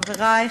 חברי,